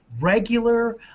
regular